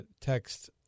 text